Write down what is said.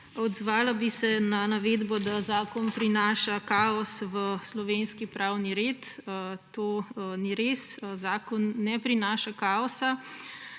Odzvala bi se na navedbo, da zakon prinaša kaos v slovenski pravni red. To ni res. Zakon ne prinaša kaosa,